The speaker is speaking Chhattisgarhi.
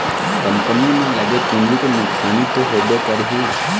कंपनी म लगे पूंजी के नुकसानी तो होबे करही